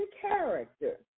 character